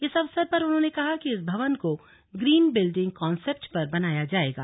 इस अवसर पर उन्होंने कहा कि इस भवन को ग्रीन बिल्डिंग कन्सेप्ट पर बनाया जाएगा